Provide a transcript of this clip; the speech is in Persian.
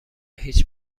هیچ